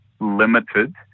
limited